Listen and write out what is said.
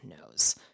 knows